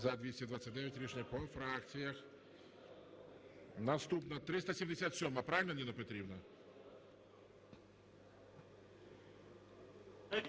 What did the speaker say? За-229 Рішення... По фракціях. Наступна 377-а. Правильно, Ніна Петрівна?